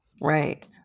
right